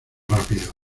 rápido